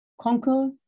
conquer